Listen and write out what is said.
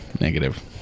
Negative